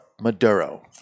Maduro